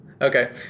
Okay